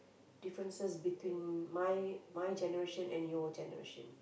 differences between my my generation and your generation